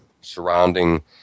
surrounding